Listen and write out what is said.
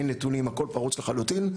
אין שום נתונים והכל פרוץ לחלוטין,